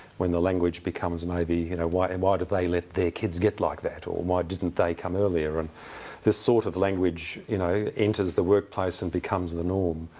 when the language becomes, maybe, you know why and why do they let their kids get like that or, why didn't they come earlier and this sort of language you know enters the workplace and becomes the norm.